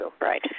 right